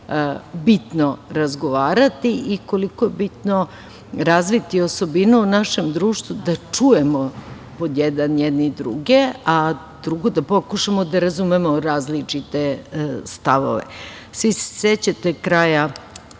bitno razgovarati i koliko je bitno razviti osobinu u našem društvu da čujemo jedni druge, a drugo da pokušamo da razumemo različite stavove. Svi se sećate kraja